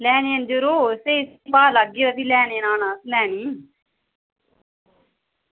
लैने यरो अगर स्हेई भाव लागे ते लैने न असें